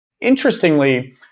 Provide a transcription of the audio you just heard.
Interestingly